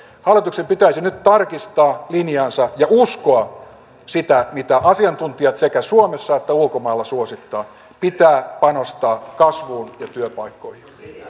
hallituksen pitäisi nyt tarkistaa linjaansa ja uskoa sitä mitä asiantuntijat sekä suomessa että ulkomailla suosittavat pitää panostaa kasvuun ja työpaikkoihin